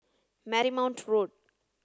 Marymount Road